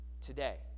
Today